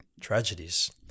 tragedies